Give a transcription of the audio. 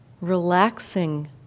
relaxing